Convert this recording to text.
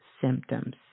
symptoms